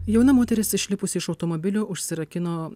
jauna moteris išlipusi iš automobilio užsirakino